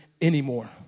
anymore